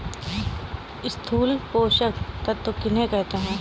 स्थूल पोषक तत्व किन्हें कहते हैं?